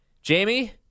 Jamie